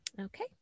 okay